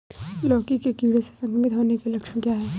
लौकी के कीड़ों से संक्रमित होने के लक्षण क्या हैं?